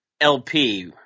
LP